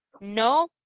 no